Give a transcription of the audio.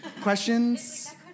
questions